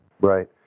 Right